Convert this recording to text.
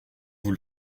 vous